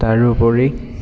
তাৰোপৰি